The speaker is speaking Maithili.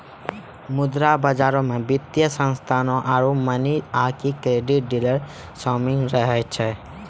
मुद्रा बजारो मे वित्तीय संस्थानो आरु मनी आकि क्रेडिट डीलर शामिल रहै छै